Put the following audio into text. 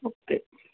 okay